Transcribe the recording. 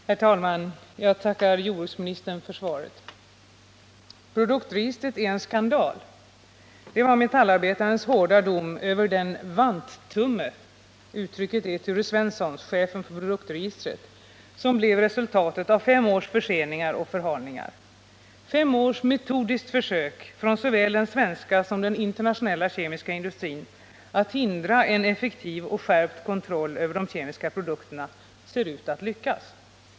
Herr talman! Jag tackar jordbruksministern för svaret. ”Produktregistret är en skandal.” Det var Metallarbetarens hårda dom över den ”vanttumme” — uttrycket kommer från Thure Svensson, chefen för produktregistret — som blev resultatet av fem års förseningar och förhalningar. Fem års metodiskt försök från såväl den svenska som den internationella kemiska industrin att hindra en effektiv och skärpt kontroll över de kemiska produkterna ser ut att lyckas.